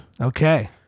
Okay